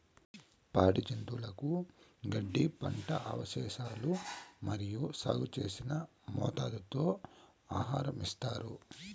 పాడి జంతువులకు గడ్డి, పంట అవశేషాలు మరియు సాగు చేసిన మేతతో ఆహారం ఇస్తారు